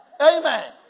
Amen